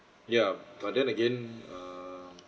yeah but then again err